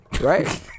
right